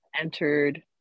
entered